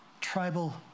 tribal